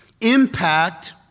impact